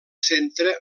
centre